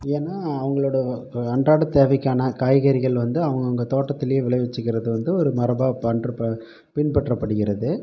ஏன்னால் அவங்களோட அன்றாடய தேவைக்கான காய்கறிகள் வந்து அவங்கவுங்க தோட்டத்திலே விளைவிச்சுக்கிறது வந்து ஒரு மரபாக பண்ரு ப பின்பற்றப்படுகிறது